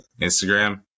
Instagram